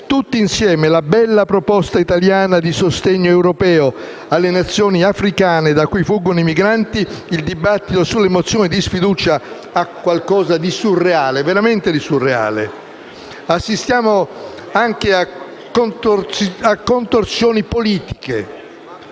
tutti insieme la bella proposta italiana di sostegno europeo alle Nazioni africane da cui fuggono i migranti, il dibattito sulle mozioni di sfiducia ha qualcosa di veramente surreale. Assistiamo anche a contorsioni politiche